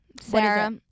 Sarah